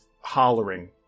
hollering